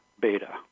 beta